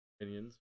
opinions